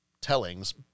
tellings